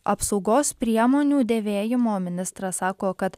apsaugos priemonių dėvėjimo ministras sako kad